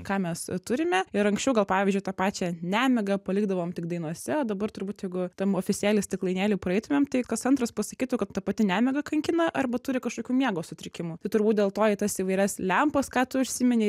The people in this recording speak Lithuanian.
ką mes turime ir anksčiau gal pavyzdžiui tą pačią nemigą palikdavom tik dainose dabar turbūt jeigu tam ofisėly stiklainėly praeitumėm tai kas antras pasakytų kad ta pati nemiga kankina arba turi kažkokių miego sutrikimų tai turbūt dėl to į tas įvairias lempas ką tu užsiminei